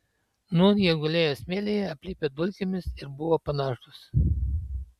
nūn jie gulėjo smėlyje aplipę dulkėmis ir buvo panašūs